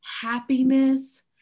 happiness